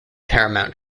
paramount